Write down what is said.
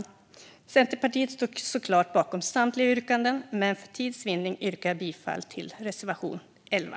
Vi i Centerpartiet står såklart bakom samtliga våra reservationer, men för tids vinnande yrkar jag bifall endast till reservation 11.